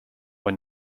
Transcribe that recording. were